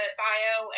bio